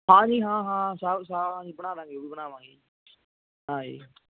ਹਾਂਜੀ ਹਾਂ ਹਾਂ ਸਭ ਸ ਹਾਂਜੀ ਬਣਾ ਦਵਾਂਗੇ ਵੀ ਬਣਾਵਾਂਗੇ ਹਾਂਜੀ